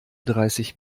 dreißig